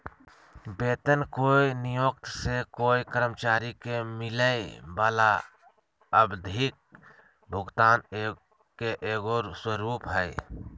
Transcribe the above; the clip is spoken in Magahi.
वेतन कोय नियोक्त से कोय कर्मचारी के मिलय वला आवधिक भुगतान के एगो स्वरूप हइ